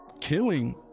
killing